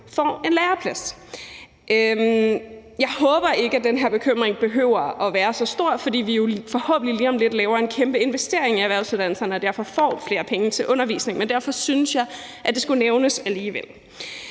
får en læreplads. Jeg håber ikke, at den her bekymring behøver at være så stor, for lige om lidt laver vi forhåbentlig en kæmpe investering i erhvervsuddannelserne, som derfor får flere penge til undervisning, men jeg synes, at det skulle nævnes alligevel.